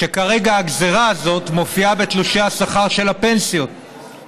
שכרגע הגזרה הזאת מופיעה בתשלומי השכר של הפנסיונרים.